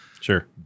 Sure